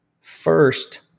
first